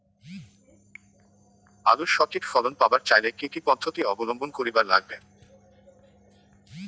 আলুর সঠিক ফলন পাবার চাইলে কি কি পদ্ধতি অবলম্বন করিবার লাগবে?